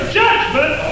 judgment